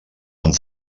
amb